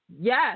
Yes